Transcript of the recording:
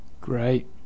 Great